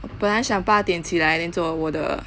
我本来想八点起来 then 做我的